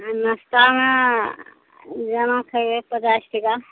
आओर नास्तामे जेना खेबय पचास टाका